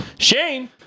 Shane